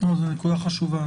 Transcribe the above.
זאת נקודה חשובה,